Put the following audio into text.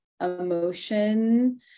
emotion